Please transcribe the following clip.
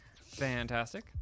Fantastic